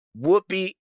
Whoopi